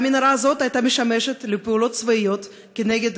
והמנהרה הזאת שימשה לפעולות צבאיות גם נגד